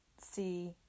see